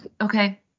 Okay